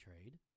trade